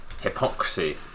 hypocrisy